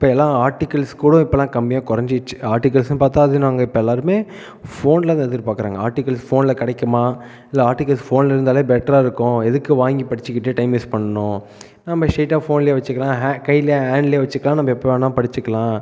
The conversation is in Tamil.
இப்போ எல்லா ஆர்டிகிள்ஸ் கூட இப்போலா கம்மியாக கொறைஞ்சிருச்சி ஆர்டிகில்ஸுனு பார்த்தா அது நாங்கள் இப்பபோ எல்லோருமே ஃபோன்லதான் எதிர்பார்க்குறாங்க ஆர்டிகல்ஸ் ஃபோனில் கிடைக்குமா இல்லை ஆர்டிகில்ஸ் ஃபோனில் இருந்தாலே பெட்டராக இருக்கும் எதுக்கு வாங்கி படிச்சுக்கிட்டு டைம் வேஸ்ட் பண்ணணும் நம்ம ஷ்ட்ரெயிட்டாக ஃபோனில் வச்சுக்கலாம் கையிலே ஹேண்டுலையே வச்சுக்கலாம் நம்ம எப்போ வேணால் படிச்சுக்கலாம்